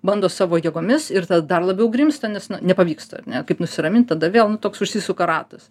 bando savo jėgomis ir tada dar labiau grimzta nes na nepavyksta ar ne kaip nusiramint tada vėl nu toks užsisuka ratas